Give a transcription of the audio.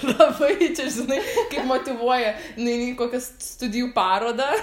labai čia žinai kaip motyvuoja nueini į kokią studijų paroda